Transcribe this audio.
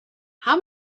how